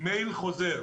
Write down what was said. מייל חוזר.